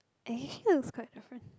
it actually looks quite different